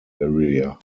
area